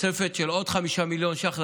לתוספת של עוד 5 מיליון ש"ח,